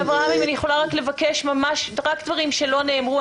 אם אני יכולה לבקש, תאמר רק דברים שלא נאמרו.